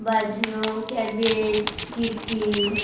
भाजयो कॅबेज चिटकी